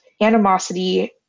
animosity